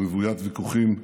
רוויית ויכוחים.